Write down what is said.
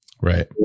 Right